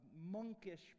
monkish